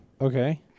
Okay